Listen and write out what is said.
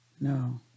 No